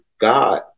God